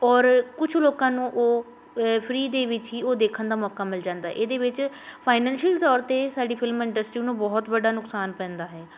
ਔਰ ਕੁਛ ਲੋਕਾਂ ਨੂੰ ਉਹ ਫਰੀ ਦੇ ਵਿੱਚ ਹੀ ਉਹ ਦੇਖਣ ਦਾ ਮੌਕਾ ਮਿਲ ਜਾਂਦਾ ਇਹਦੇ ਵਿੱਚ ਫਾਈਨੈਂਸ਼ੀਅਲ ਤੌਰ 'ਤੇ ਸਾਡੀ ਫਿਲਮ ਇੰਡਸਟਰੀ ਨੂੰ ਬਹੁਤ ਵੱਡਾ ਨੁਕਸਾਨ ਪੈਂਦਾ ਹੈ